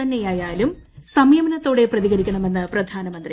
തന്നെയായാലും സംയ്ക്മനത്തോടെ പ്രതികരിക്കണമെന്ന് പ്രധാനമന്ത്രി